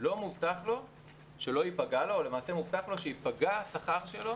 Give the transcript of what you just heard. למעשה מובטח לו שייפגע השכר שלו